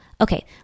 Okay